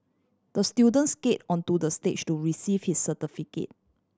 the student skate onto the stage to receive his certificate